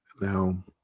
Now